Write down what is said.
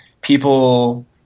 people